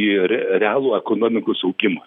į r realų ekonomikos augimą